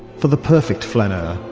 for the perfect flaneur,